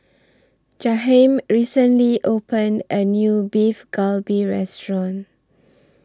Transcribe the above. Jaheim recently opened A New Beef Galbi Restaurant